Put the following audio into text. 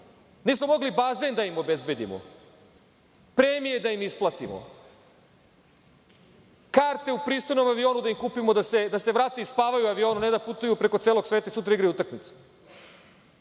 nismo mogli bazen da im obezbedimo, premije da im isplatimo, karte u pristojnom avionu da im kupimo, da se vrate i spavaju u avionu, ne da putuju preko celog sveta i sutra igraju utakmicu.